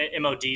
mod